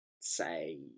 say